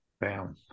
Bam